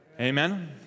Amen